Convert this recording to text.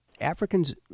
Africans